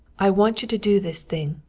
i want you to do this thing,